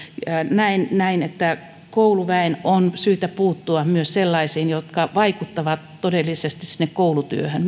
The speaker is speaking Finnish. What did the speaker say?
näen näen että kouluväen on syytä puuttua myös sellaisiin vapaa ajalla tapahtuviin kiusaamisiin jotka vaikuttavat todellisesti sinne koulutyöhön